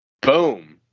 boom